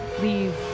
leave